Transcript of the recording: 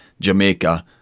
Jamaica